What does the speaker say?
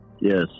yes